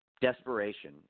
desperation